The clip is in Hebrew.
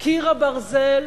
"קיר הברזל"